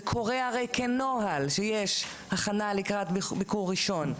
זה קורה הרי כנוהל שיש הכנה לקראת ביקור ראשון,